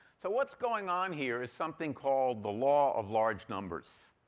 so what's going on here is something called the law of large numbers,